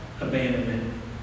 abandonment